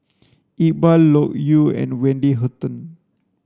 Iqbal Loke Yew and Wendy Hutton